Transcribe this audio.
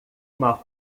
uma